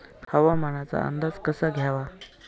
हवामानाचा अंदाज कसा घ्यावा?